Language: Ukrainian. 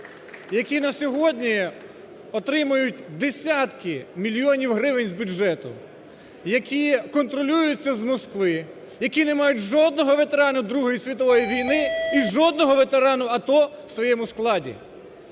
які на сьогодні отримують десятки мільйонів гривень з бюджету. Які контролюються з Москви, які не мають жодного ветерана Другої світової війни і жодного ветерана АТО в своєму складі.